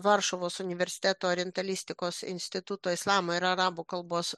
varšuvos universiteto orientalistikos instituto islamo ir arabų kalbos